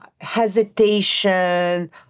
hesitation